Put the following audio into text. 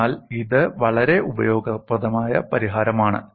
അതിനാൽ ഇത് വളരെ ഉപയോഗപ്രദമായ പരിഹാരമാണ്